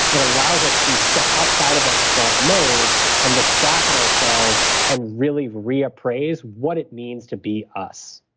it allows us to step outside of that default mode and look back at ourselves, and really reappraise what it means to be us,